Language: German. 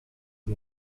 sie